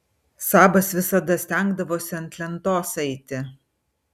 sabas visada stengdavosi ant lentos eiti